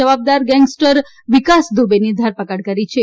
જવાબદાર ગેંગસ્ટર વિકાસ દુબેની ધરપકડ કરી છે